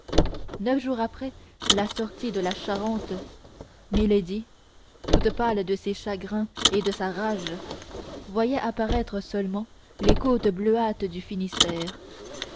neuf jours après la sortie de la charente milady toute pâle de ses chagrins et de sa rage voyait apparaître seulement les côtes bleuâtres du finistère